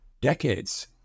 decades